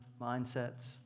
mindsets